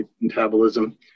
metabolism